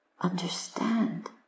understand